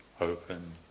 open